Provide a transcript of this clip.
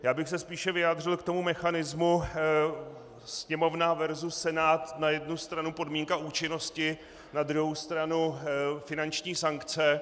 Já bych se spíše vyjádřil k mechanismu Sněmovna versus Senát, na jednu stranu podmínka účinnosti, na druhou stranu finanční sankce.